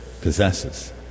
possesses